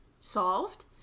solved